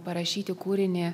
parašyti kūrinį